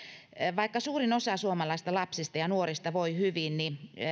vaikka suurin osa suomalaisista lapsista ja nuorista voi hyvin